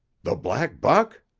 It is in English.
the black buck?